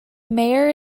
mayor